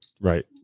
Right